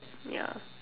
ya